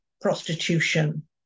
prostitution